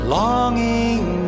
longing